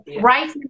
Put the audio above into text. right